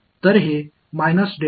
எனவே இது ஆக இருக்கப்போகிறது